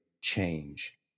change